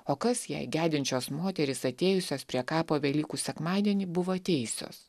o kas jei gedinčios moterys atėjusios prie kapo velykų sekmadienį buvo teisios